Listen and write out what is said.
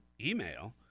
email